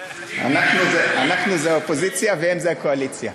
אנחנו זה האופוזיציה, והם זה הקואליציה.